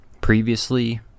previously